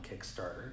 Kickstarter